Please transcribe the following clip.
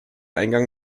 eingang